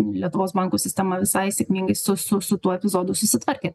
lietuvos bankų sistema visai sėkmingai su su su tuo epizodu susitvarkė